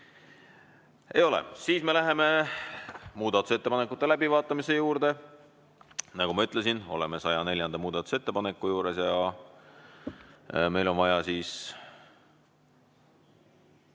saama. Siis me läheme muudatusettepanekute läbivaatamise juurde. Nagu ma ütlesin, me oleme 104. muudatusettepaneku juures ja meil on vaja siis ...